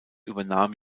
übernahm